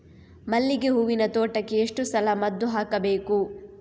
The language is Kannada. ಮಲ್ಲಿಗೆ ಹೂವಿನ ತೋಟಕ್ಕೆ ಎಷ್ಟು ಸಲ ಮದ್ದು ಹಾಕಬೇಕು?